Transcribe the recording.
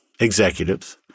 executives